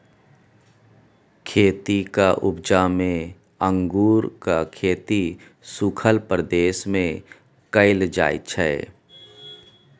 खेतीक उपजा मे अंगुरक खेती सुखल प्रदेश मे कएल जाइ छै